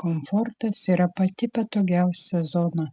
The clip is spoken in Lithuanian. komfortas yra pati patogiausia zona